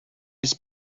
his